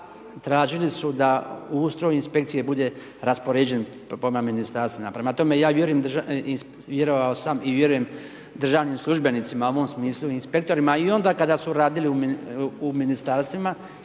tražili su da ustroj Inspekcije bude raspoređen prema Ministarstvima. Prema tome, ja vjerovao sam i vjerujem državnim službenicima, u ovom smislu inspektorima i onda kada su radili u Ministarstvima